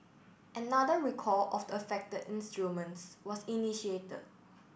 another recall of the affected instruments was initiated